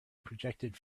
projected